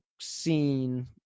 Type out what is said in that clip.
scene